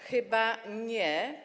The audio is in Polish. Chyba nie.